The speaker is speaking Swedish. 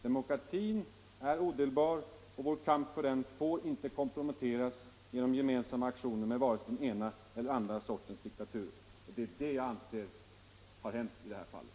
Demokratin är odelbar, och vår kamp för den får inte komprometteras genom gemensamma aktioner med vare sig den ena eller den andra sortens diktaturer.” Det är det jag anser har hänt i det här fallet.